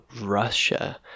Russia